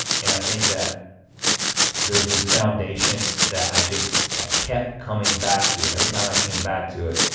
and i think that there's this foundation that i just yeah kept coming back to and every time i came back to it.